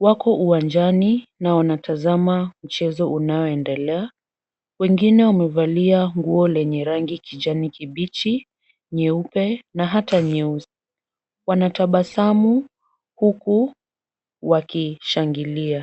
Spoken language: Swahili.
Wako uwanjani na wanatazama mchezo unaoendelea. Wengine wamevalia nguo lenye rangi kijani kibichi, nyeupe na hata nyeusi. Wanatabasamu huku wakishangilia.